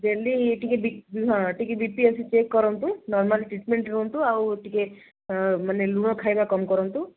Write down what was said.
daily ଟିକେ ହଁ B P ଆସି ଚେକ୍ କରନ୍ତୁ ନର୍ମାଲ୍ ଟ୍ରିଟ୍ମେଣ୍ଟ୍ ରୁହନ୍ତୁ ଆଉ ଟିକେ ମାନେ ଲୁଣ ଖାଇବା କମ୍ କରନ୍ତୁ